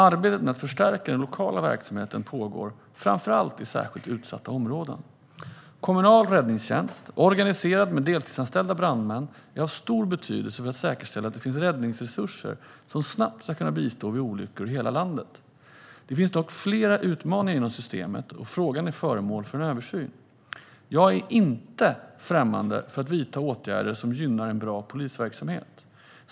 Arbetet med att förstärka den lokala verksamheten pågår, framför allt i särskilt utsatta områden. Kommunal räddningstjänst, organiserad med deltidsanställda brandmän, är av stor betydelse för att säkerställa att det finns räddningsresurser som snabbt ska kunna bistå vid olyckor i hela landet. Det finns dock flera utmaningar inom det systemet, och frågan är föremål för en översyn. Jag är inte främmande för att vidta åtgärder som gynnar en bra polisverksamhet.